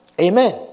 Amen